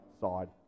side